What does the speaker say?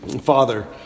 Father